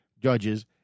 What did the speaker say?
judges